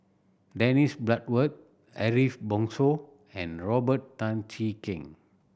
Dennis Bloodworth Ariff Bongso and Robert Tan Jee Keng